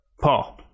Paul